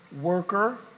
worker